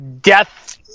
death